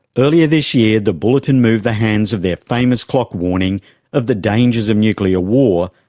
earlier this year the bulletin moved the hands of their famous clock warning of the dangers of nuclear war,